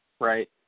right